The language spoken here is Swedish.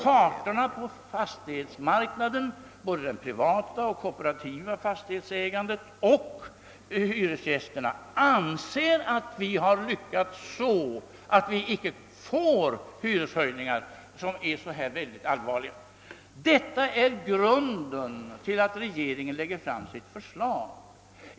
Parterna på fastighetsmarknaden — både det privata och det kooperativa fastighetsägandets representanter och hyresgästernas representanter — anser att vi har lyckats, att det inte skulle bli alltför allvarliga hyreshöjningar. Detta är grunden till att regeringen lade fram sitt förslag.